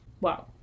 Wow